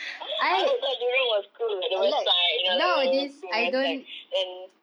I always thought jurong was cool like the west side you know like oh cool the west side but then